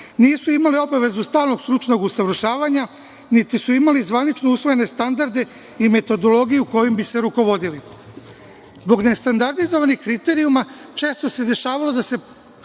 nisu imali obavezu stalnog stručnog usavršavanja, niti su imali zvanično usvojene standarde i metodologiju kojim bi se rukovodili. Zbog nestandardizovanih kriterijuma često se dešavalo da se